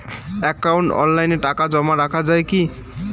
একাউন্টে অনলাইনে টাকা জমা রাখা য়ায় কি?